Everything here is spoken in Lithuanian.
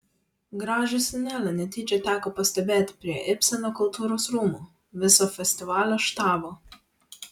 gražią scenelę netyčia teko pastebėti prie ibseno kultūros rūmų viso festivalio štabo